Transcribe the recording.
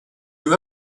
you